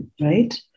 right